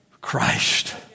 Christ